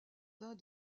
vain